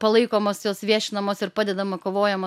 palaikomos jos viešinamos ir padedama kovojama